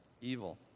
evil